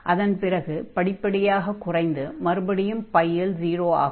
அதன் பிறகு படிப்படியாக குறைந்து மறுபடியும் இல் 0 ஆகும்